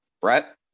Brett